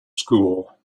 school